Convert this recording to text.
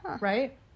right